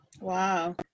Wow